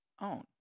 own